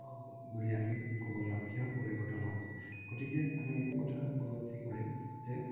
বুলি আমি ক'ব নোৱাৰোঁ সেয়া পৰিৱৰ্তন হ'ব গতিকে আমি এইটো কথা উপলব্ধি কৰিম যে